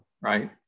right